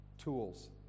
tools